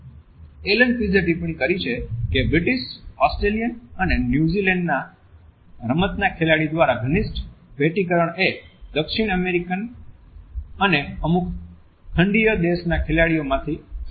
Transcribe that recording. Allan પીઝે ટિપ્પણી કરી છે કે બ્રિટીશ ઓસ્ટ્રેલિયન અને ન્યુઝીલેન્ડના રમતના ખેલાડી દ્વારા ઘનિષ્ઠ ભેટીકરણ એ દક્ષિણ અમેરિકન અને અમુક ખંડીય દેશના ખેલાડી માંથી નકલ કરવામાં આવી છે